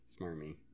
Smarmy